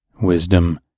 wisdom